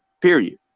period